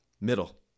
Middle